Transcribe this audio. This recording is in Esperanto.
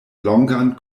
longan